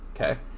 Okay